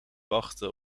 wachten